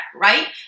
right